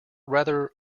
rather